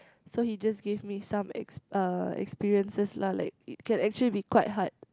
so he just give me some expe~ uh experiences lah like it can actually be quite hard